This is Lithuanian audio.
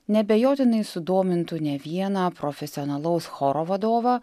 neabejotinai sudomintų ne vieną profesionalaus choro vadovą